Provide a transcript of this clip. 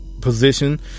position